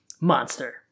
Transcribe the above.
Monster